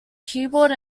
keyboard